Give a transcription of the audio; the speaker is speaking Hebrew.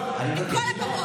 אבל הוא התחיל לדבר,